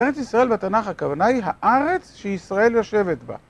ארץ ישראל בתנ״ך הכוונה היא הארץ שישראל יושבת בה